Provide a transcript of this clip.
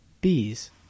bees